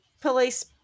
police